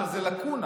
עכשיו, זו לקונה.